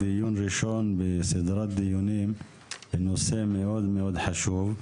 דיון ראשון בסדרת דיונים בנושא מאוד מאוד חשוב.